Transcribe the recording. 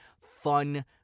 fun